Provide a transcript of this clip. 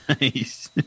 Nice